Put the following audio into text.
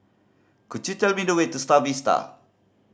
could you tell me the way to Star Vista